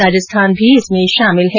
राजस्थान भी इसमें शामिल है